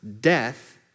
death